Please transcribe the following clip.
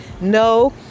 No